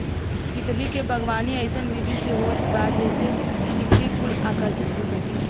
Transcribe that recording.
तितली क बागवानी अइसन विधि से होत बा जेसे तितली कुल आकर्षित हो सके